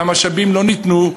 והמשאבים לא ניתנו.